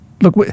Look